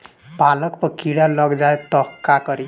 पालक पर कीड़ा लग जाए त का करी?